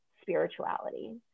spirituality